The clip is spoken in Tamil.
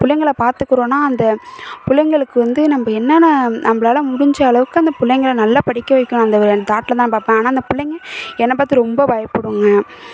பிள்ளைங்கள பார்த்துக்குறோன்னா அந்த பிள்ளைங்களுக்கு வந்து நம்ம என்னன்ன நம்மளால முடிஞ்ச அளவுக்கு அந்த பிள்ளைங்கள நல்லா படிக்க வைக்கணும் அந்த ஒரு தாட்டில் தான் நான் பார்ப்பேன் ஆனால் அந்த பிள்ளைங்க என்னை பார்த்து ரொம்ப பயப்படுங்க